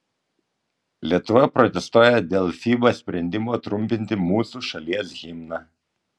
lietuva protestuoja dėl fiba sprendimo trumpinti mūsų šalies himną